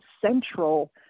central